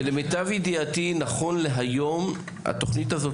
למיטב ידיעתי נכון להיום התוכנית הזאת